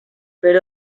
fer